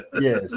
yes